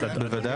כן, בוודאי.